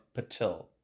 Patil